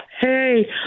Hey